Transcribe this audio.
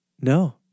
no